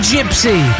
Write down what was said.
Gypsy